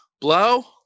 Blow